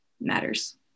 matters